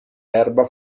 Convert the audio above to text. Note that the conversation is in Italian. erba